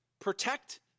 protect